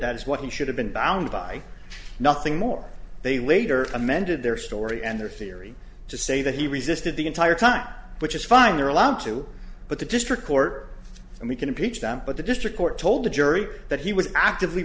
that is what he should have been bound by nothing more they later amended their story and their theory to say that he resisted the entire time which is fine you're allowed to but the district court and we can impeach them but the district court told the jury that he was actively